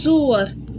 ژور